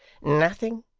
nothing.